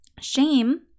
Shame